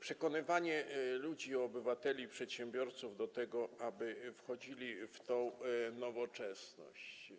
przekonywanie ludzi, obywateli, przedsiębiorców do tego, aby wchodzili w tę nowoczesność.